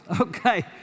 okay